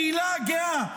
נגד הקהילה הגאה.